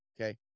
Okay